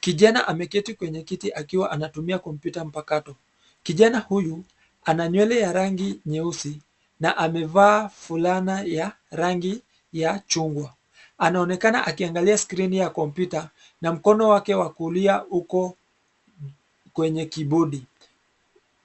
Kijana ameketi kwenye kiti akiwa anatumia kompyuta mpakato. Kijana huyu ana nywele ya rangi nyeusi na amevaa fulana ya rangi ya chungwa. Anaonekana akiangalia skrini ya kompyuta na mkono wake wa kulia uko kwenye kibodi,